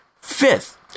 Fifth